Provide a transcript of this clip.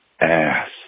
ass